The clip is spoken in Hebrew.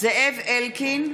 זאב אלקין,